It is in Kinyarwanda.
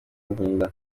ntinda